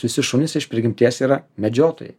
visi šunys iš prigimties yra medžiotojai